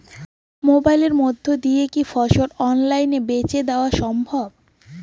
মোবাইলের মইধ্যে দিয়া কি ফসল অনলাইনে বেঁচে দেওয়া সম্ভব?